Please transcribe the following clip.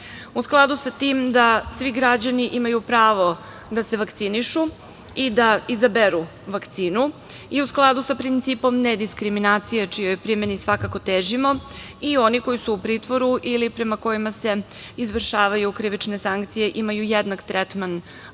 skladu sa tim da svi građani imaju pravo da se vakcinišu i da izaberu vakcinu i u skladu sa principom nediskriminacije čijoj primeni svakako težimo i oni koji su u pritvoru ili prema kojima se izvršavaju krivične sankcije imaju jednak tretman